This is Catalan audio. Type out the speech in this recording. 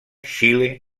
xile